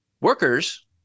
workers